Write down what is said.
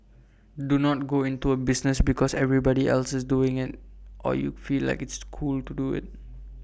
do not go into A business because everybody else is doing IT or you feel like it's cool to do IT